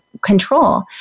control